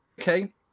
Okay